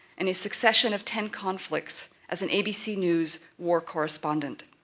and a succession of ten conflicts as an abc news war correspondent.